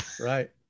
Right